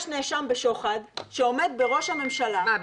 יש נאשם בשוחד שעומד בראש הממשלה --- אז מה,